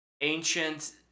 ancient